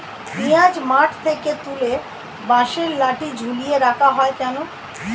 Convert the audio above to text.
পিঁয়াজ মাঠ থেকে তুলে বাঁশের লাঠি ঝুলিয়ে রাখা হয় কেন?